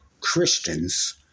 Christians